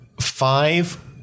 five